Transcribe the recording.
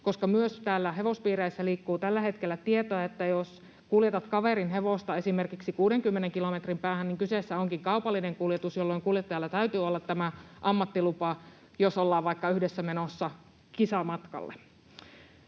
josta ei makseta. Hevospiireissä myös liikkuu tällä hetkellä tietoa, että jos kuljetat kaverin hevosta esimerkiksi 60 kilometrin päähän, niin kyseessä onkin kaupallinen kuljetus, jolloin kuljettajalla täytyy olla tämä ammattilupa, vaikka ollaan yhdessä menossa kisamatkalle.